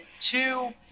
two